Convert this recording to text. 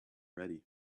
ready